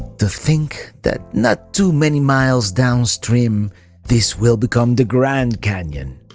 to think that not too many miles downstream this will become the grand canyon.